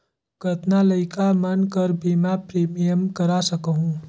कतना लइका मन कर बीमा प्रीमियम करा सकहुं?